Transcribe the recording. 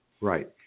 Right